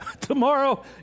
tomorrow